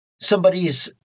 Somebody's